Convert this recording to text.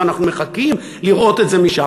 ואנחנו מחכים לראות את זה משם.